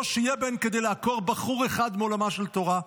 לא שיהיה בהן כדי לעקור בחור אחד מעולמה של תורה,